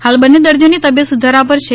હાલ બંને દર્દીઓની તબિયત સુધારા પર છે